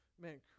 man